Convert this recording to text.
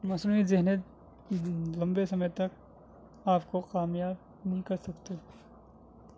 مصنوعی ذہنیت لمبے سمے تک آپ کو کامیاب نہیں کر سکتی